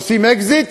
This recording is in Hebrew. עושים אקזיט,